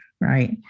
Right